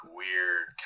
weird